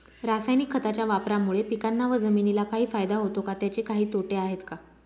रासायनिक खताच्या वापरामुळे पिकांना व जमिनीला काही फायदा होतो का? त्याचे काही तोटे आहेत का?